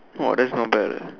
!wah! that's not bad eh